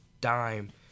dime